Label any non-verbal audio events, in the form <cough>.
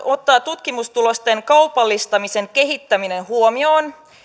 <unintelligible> ottaa tutkimustulosten kaupallistamisen kehittäminen huomioon